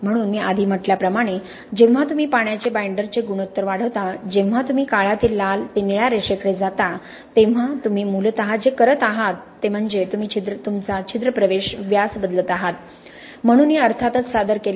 म्हणून मी आधी म्हटल्याप्रमाणे जेव्हा तुम्ही पाण्याचे बाइंडरचे गुणोत्तर वाढवता जेव्हा तुम्ही काळ्या ते लाल ते निळ्या रेषेकडे जाता तेव्हा तुम्ही मूलत जे करत आहात ते म्हणजे तुम्ही तुमचा छिद्र प्रवेश व्यास बदलत आहात म्हणून हे अर्थातच सादर केले आहे